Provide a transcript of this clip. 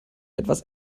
etwas